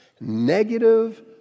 negative